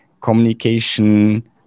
communication